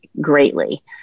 greatly